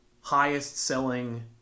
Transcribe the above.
highest-selling